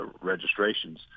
registrations